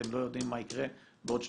אתם לא יודעים מה יקרה בעוד שנתיים-שלוש.